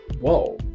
whoa